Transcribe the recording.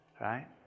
right